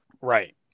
Right